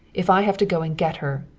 if i have to go and get her!